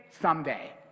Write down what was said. Someday